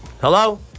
Hello